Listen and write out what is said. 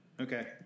okay